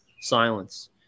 silence